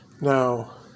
Now